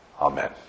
Amen